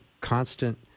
constant